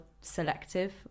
selective